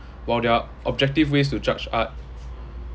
while there are objective ways to judge art